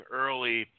early